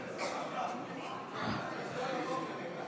נתקבל.